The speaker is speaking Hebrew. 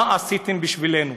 מה עשיתם בשבילנו?